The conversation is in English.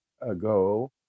Ago